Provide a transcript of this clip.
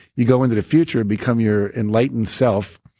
you go into the future, become your enlightened self.